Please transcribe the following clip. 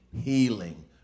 healing